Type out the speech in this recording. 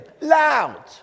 loud